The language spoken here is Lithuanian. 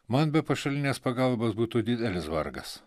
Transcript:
man be pašalinės pagalbos būtų didelis vargas